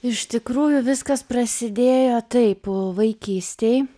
iš tikrųjų viskas prasidėjo taip vaikystėj